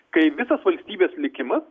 kai visas valstybės likimas